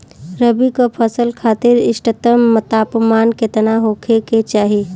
रबी क फसल खातिर इष्टतम तापमान केतना होखे के चाही?